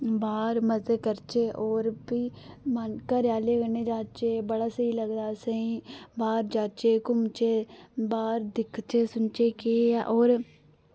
बाह्र मजे करचै और बी मन घरे आह्लें कन्नै जाह्चै बड़ा स्हेई लगदा असें बाह्र जाह्चै घूमचै बाह्र दिखचै सुनचै केह् ऐ और